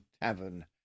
tavern